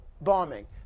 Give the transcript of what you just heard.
bombing